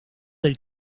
del